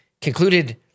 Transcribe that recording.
concluded